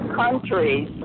countries